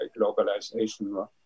globalization